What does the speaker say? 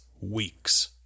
weeks